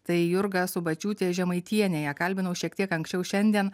tai jurga subačiūtė žemaitienė ją kalbinau šiek tiek anksčiau šiandien